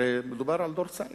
הרי מדובר בדור צעיר,